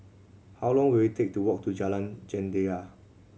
how long will it take to walk to Jalan Jendela